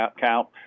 count